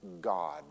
God